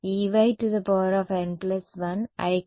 విద్యార్థి మేము పరిగణించినప్పుడు